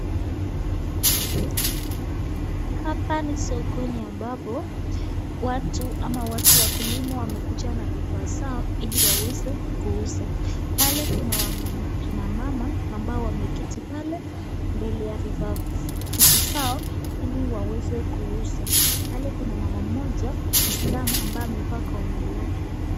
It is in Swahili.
Hapa ni sokoni ambapo watu ama watu wakulima wamekuja na vifaa vyao ili waweze kuuza. Pale kuna wakina mama ambao wameketi pale mbele ya vitu zao ili waweze kuuza. Pale kuna mama mmoja Mwislamu ambaye amevaa kauni lake.